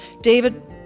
David